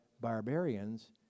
barbarians